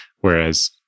Whereas